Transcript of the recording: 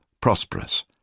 prosperous